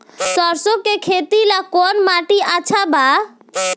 सरसों के खेती ला कवन माटी अच्छा बा?